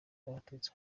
abatutsi